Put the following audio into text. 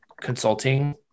consulting